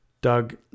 Doug